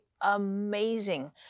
amazing